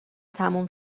تموم